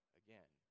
again